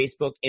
Facebook